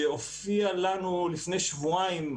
שהופיע לנו לפני שבועיים,